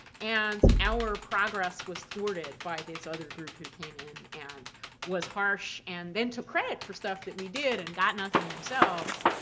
and our progress was thwarted by this other group who came in and was harsh and then took credit for stuff that we did and got nothing themselves,